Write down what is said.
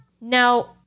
Now